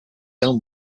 own